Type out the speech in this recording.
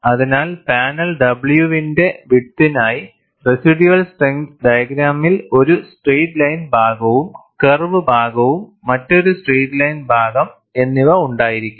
അതിനാൽ panel w വിന്റെ വിഡ്ത്തിനായി റെസിഡ്യൂവൽ സ്ട്രെങ്ത് ഡയഗ്രാമിൽ ഒരു സ്ട്രെയിറ്റ് ലൈൻ ഭാഗവും കർവ്ഡ് ഭാഗവുംമറ്റൊരു സ്ട്രെയിറ്റ് ലൈൻ ഭാഗം എന്നിവ ഉണ്ടായിരിക്കും